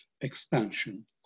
expansion